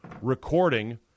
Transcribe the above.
recording